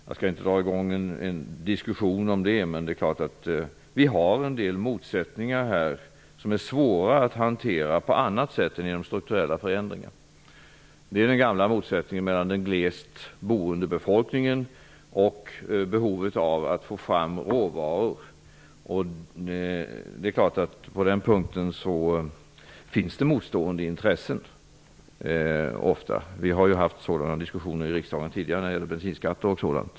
Jag skall inte dra i gång en diskussion om det, men det är klart att det finns en del motsättningar som är svåra att hantera på annat sätt än genom strukturella förändringar. Det är den gamla motsättningen mellan den glesbygdsboende befolkningen och behovet att få fram råvaror. På den punkten finns det ofta motstående intressen. Vi har tidigare haft sådana diskussioner i riksdagen, bl.a. när det gäller bensinskatter.